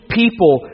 people